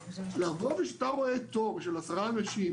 לבוא וכשאתה רואה תור של עשרה אנשים